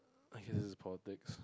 I guess it is politics